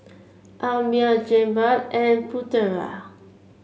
Ammir Jenab and Putera